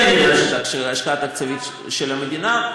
כן, נדרשת השקעה תקציבית של המדינה.